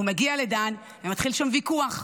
הוא מגיע לדן ומתחיל שם ויכוח.